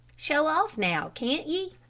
show off now, can't ye?